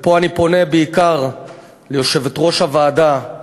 ופה אני פונה בעיקר ליושבת-ראש הוועדה: